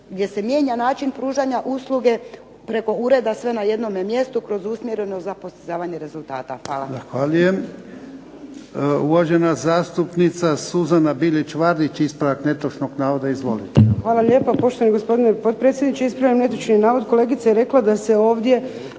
gdje se mijenja način pružanja usluge preko ureda sve na jednome mjestu, kroz usmjereno za postizanje rezultata. **Jarnjak, Ivan